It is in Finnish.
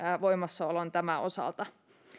voimassaoloon tämän osalta